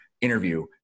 interview